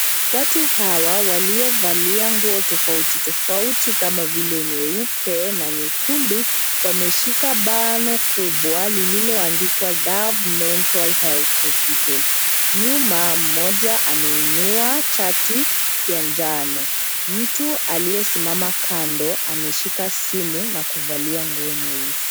Watu hawa waliovalia nguo tofautu tofauti kama vile nyeupe na nyekundu wameshika bano kubwa lililoandikwa dove mental health hospital nyuma mmoja ameinua chati ya njano mtu aliyesimama kando ameshika simu na kuvalia nguo nyeusi.